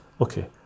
okay